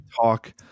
Talk